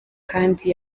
kandi